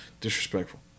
disrespectful